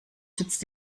sitzt